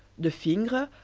de fingre,